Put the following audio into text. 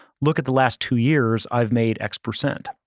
look at the last two years, i've made x percent,